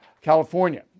California